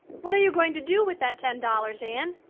what are you going to do with that ten dollars, anne?